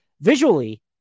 Visually